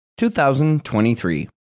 2023